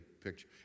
picture